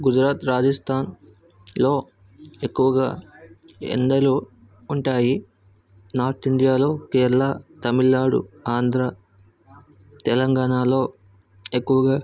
గుజరాత్ రాజస్థాన్లో ఎక్కువగా ఎండలు ఉంటాయి నార్త్ ఇండియాలో కేరళ తమిళనాడు ఆంధ్ర తెలంగాణలో ఎక్కువగా